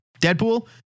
Deadpool